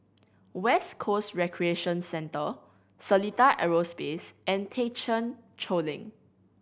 West Coast Recreation Centre Seletar Aerospace and Thekchen Choling